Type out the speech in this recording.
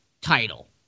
title